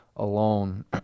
alone